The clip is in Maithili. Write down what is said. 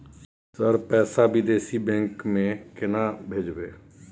सर पैसा विदेशी बैंक में केना भेजबे?